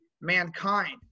mankind